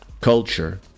culture